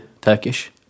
Turkish